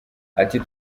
ati